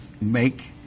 Make